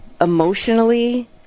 emotionally